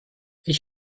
ich